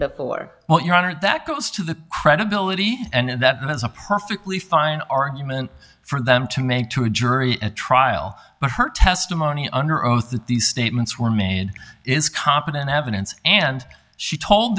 up for your honor that goes to the credibility and that was a perfectly fine argument for them to make to a jury trial but her testimony under oath that these statements were made is competent evidence and she told